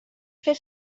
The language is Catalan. fer